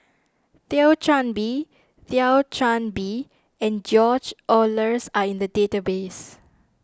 Thio Chan Bee Thio Chan Bee and George Oehlers are in the database